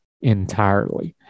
entirely